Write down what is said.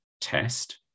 test